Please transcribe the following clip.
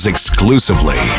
Exclusively